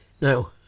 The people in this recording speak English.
no